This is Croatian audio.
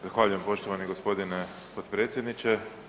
Zahvaljujem poštovani gospodine potpredsjedniče.